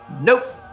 nope